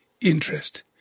interest